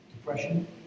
Depression